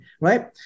right